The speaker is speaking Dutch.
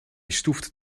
stoeft